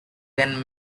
than